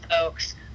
folks